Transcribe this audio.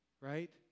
right